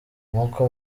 nk’uko